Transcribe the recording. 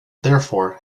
therefore